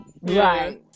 Right